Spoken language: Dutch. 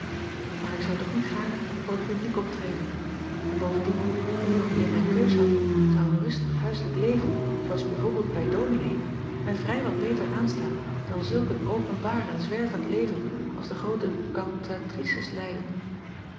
maar ik zou toch niet gaarne voor t publiek optreden en bovendien indien ik t in mijn keus had zou een rustig huislijk leven zoo als b v bij ominee mij vrij wat beter aanstaan dan zulk een openbaar en zwervend leven als de groote cantatrices leiden